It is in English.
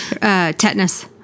tetanus